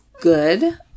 good